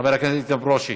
חבר הכנסת ברושי,